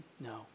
No